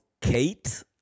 Kate